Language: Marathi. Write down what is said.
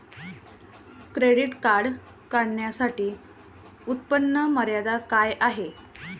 क्रेडिट कार्ड काढण्यासाठी उत्पन्न मर्यादा काय आहे?